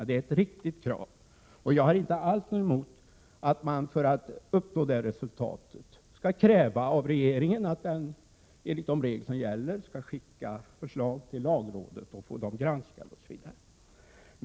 Det är ett riktigt krav, och jag har inte alls något emot att man, för att uppnå det resultatet, skall kräva av regeringen att den, enligt de regler som gäller, skall skicka förslag till lagrådet och få dem granskade osv.